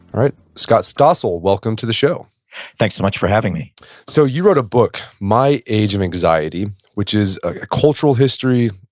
right, scott stossel, welcome to the show thanks so much for having me so you wrote a book, my age of anxiety, which is a cultural history,